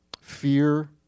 fear